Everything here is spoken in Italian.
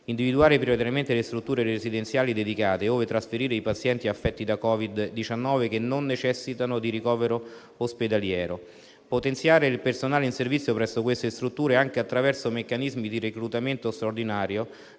azioni: prioritariamente le strutture residenziali dedicate ove trasferire i pazienti affetti da Covid-19 che non necessitano di ricovero ospedaliero; potenziare il personale in servizio presso queste strutture, anche attraverso meccanismi di reclutamento straordinario,